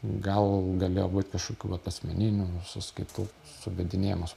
gal galėjo būti kažkokių vat asmeninių sąskaitų suvedinėjimas